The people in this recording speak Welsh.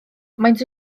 maent